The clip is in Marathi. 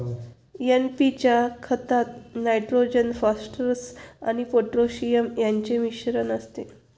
एन.पी च्या खतात नायट्रोजन, फॉस्फरस आणि पोटॅशियम यांचे मिश्रण असते